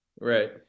Right